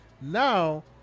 now